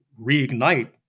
reignite